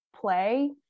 play